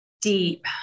deep